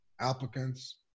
applicants